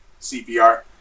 CPR